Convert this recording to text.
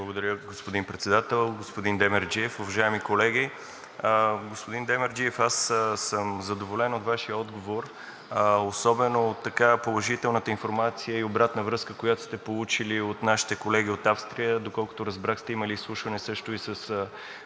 Благодаря, господин Председател. Господин Демерджиев, уважаеми колеги! Господин Демерджиев, аз съм задоволен от Вашия отговор, особено от положителната информация и обратна връзка, която сте получили от нашите колеги от Австрия. Доколкото разбрах, имали сте изслушване също и с